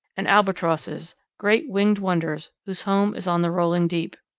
and albatrosses, great winged wonders whose home is on the rolling deep.